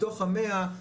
מתוך ה-100,